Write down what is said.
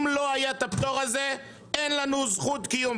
אם לא היה את הפטור הזה אין לנו זכות קיום.